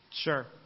Sure